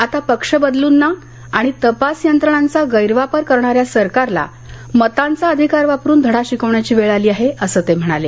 आता पक्ष बदलूंना आणि तपास यंत्रणांचा गैरवापर करणाऱ्या सरकारला मतांचा अधिकार वापरून धडा शिकवण्याची वेळ आली आहे असं ते म्हणाले